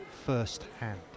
firsthand